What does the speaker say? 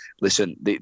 listen